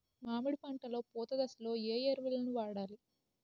మామిడి పంట పూత దశలో ఏ ఎరువులను వాడాలి?